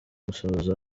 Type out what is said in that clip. gusoza